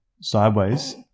sideways